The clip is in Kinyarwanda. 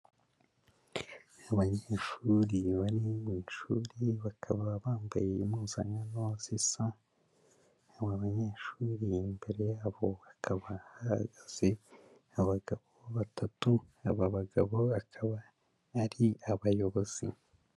Abanyeshuri bari mu ishuri, bakaba bambaye impuzakano zisa, abanyeshuri imbere yabo hakaba hahagaze abagabo batatu, abo bagabo akaba ari abayobozi.